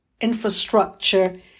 infrastructure